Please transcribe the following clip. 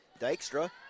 Dykstra